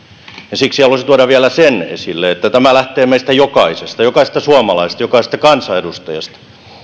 ja siksi haluaisin tuoda esille vielä sen että tämä lähtee meistä jokaisesta jokaisesta suomalaisesta jokaisesta kansanedustajasta